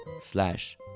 slash